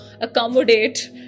accommodate